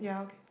yeah okay